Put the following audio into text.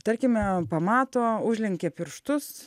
tarkime pamato užlenkė pirštus